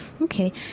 Okay